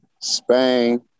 Spain